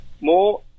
more